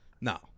No